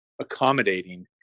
accommodating